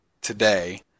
today